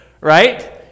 right